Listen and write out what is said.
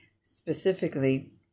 specifically